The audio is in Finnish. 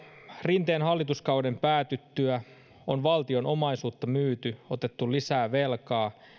rinteen hallituskauden päätyttyä on valtion omaisuutta myyty otettu lisää velkaa